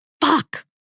Fuck